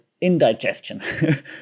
indigestion